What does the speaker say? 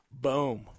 boom